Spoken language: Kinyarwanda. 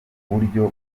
buryo